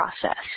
process